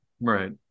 right